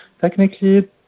Technically